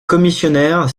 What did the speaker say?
commissionnaire